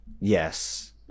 Yes